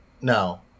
No